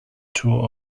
tour